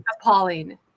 Appalling